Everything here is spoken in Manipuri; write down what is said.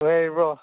ꯅꯨꯡꯉꯥꯏꯔꯤꯕꯣ